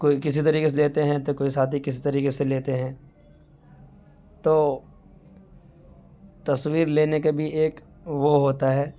کوئی کسی طریقے سے لیتے ہیں تو کوئی ساتھی کسی طریقے سے لیتے ہیں تو تصویر لینے کا بھی ایک وہ ہوتا ہے